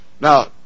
Now